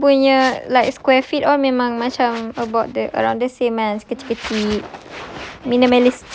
cause dia orang punya like square feet all memang macam about the around the same ah macam kecil-kecil